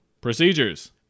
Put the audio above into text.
Procedures